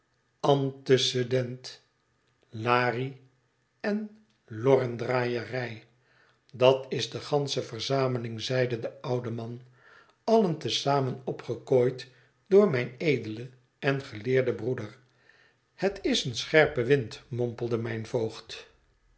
antecedent lari en lorrendraaierij dat is de gansche verzameling zeide de oude man allen te zamen opgekooid door mijn edelen en geleerden broeder het is een scherpe wind mompelde mijn voogd